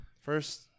first